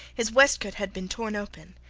his waistcoat had been torn open.